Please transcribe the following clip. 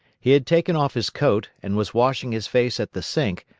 he had taken off his coat, and was washing his face at the sink,